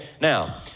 Now